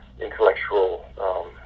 intellectual